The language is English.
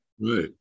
right